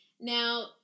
Now